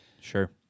Sure